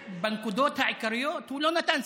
ובנקודות העיקריות הוא לא נתן סעד.